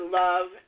love